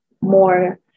more